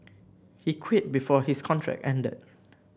he quit before his contract ended